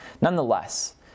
Nonetheless